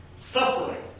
Suffering